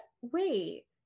Wait